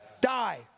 die